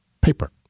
paper